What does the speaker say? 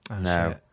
No